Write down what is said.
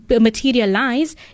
materialize